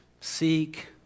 seek